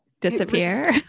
disappear